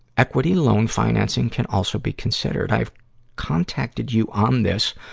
equity loan financing can also be considered. i have contacted you on this,